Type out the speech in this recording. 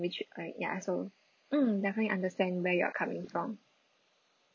which uh ya so mm definitely understand where you're coming from